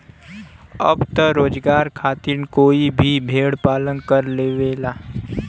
अब त रोजगार खातिर कोई भी भेड़ पालन कर लेवला